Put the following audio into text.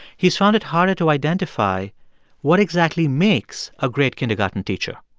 he has found it harder to identify what exactly makes a great kindergarten teacher.